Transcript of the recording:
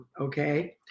okay